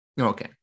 Okay